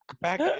Back